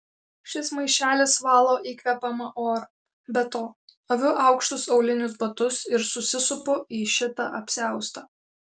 šis maišelis valo įkvepiamą orą be to aviu aukštus aulinius batus ir susisupu į šitą apsiaustą